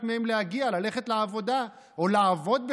מהם להגיע ללכת לעבודה או לעבוד,